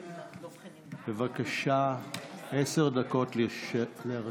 בבקשה, עשר דקות לרשותך.